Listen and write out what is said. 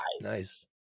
Nice